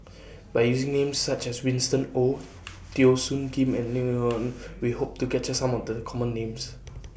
By using Names such as Winston Oh Teo Soon Kim and We Hope to capture Some of The Common Names